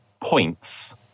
points